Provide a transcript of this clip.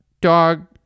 dog